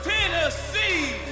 Tennessee